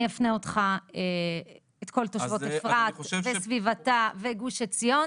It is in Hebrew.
אפנה אותך ואת כל תושבות אפרת וסביבתה וגוש עציון